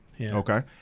okay